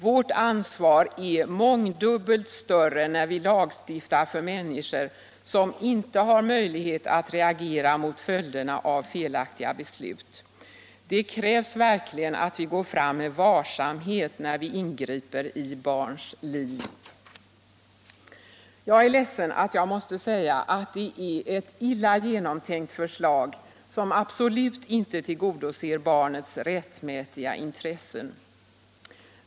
Vårt ansvar är mångdubbelt större när vi lagstiftar för människor som inte har möjlighet att reagera mot följderna av felaktiga beslut. Det krävs verkligen att vi går fram med varsamhet när vi ingriper i barns liv. Jag är ledsen att jag måste säga att detta är ett illa genomtänkt förslag som absolut inte tillgodoser barnets rättmätiga intressen.